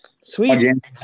Sweet